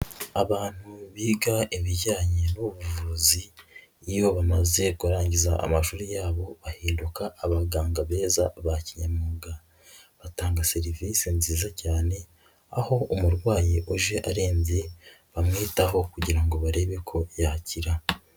Abantu biga ibijyanye n'ubuvuzi iyo bamaze kurangiza amashuri yabo bahinduka abaganga beza ba kinyamwuga, batanga serivise nziza cyane aho umurwayi uje arembye bamwitaho kugira ngo barebe ko yakira.